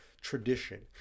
tradition